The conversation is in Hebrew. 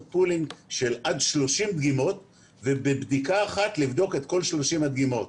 פולינג של עד 30 דגימות ובבדיקה אחת לבדוק את כל 30 הדגימות.